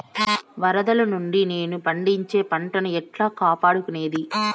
వరదలు నుండి నేను పండించే పంట ను ఎట్లా కాపాడుకునేది?